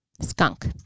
Skunk